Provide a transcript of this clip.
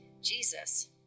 Jesus